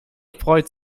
freut